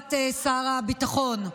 תגובת שר הביטחון,